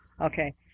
okay